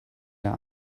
der